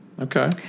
Okay